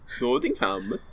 Nottingham